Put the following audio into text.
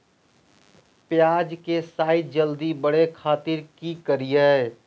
प्याज के साइज जल्दी बड़े खातिर की करियय?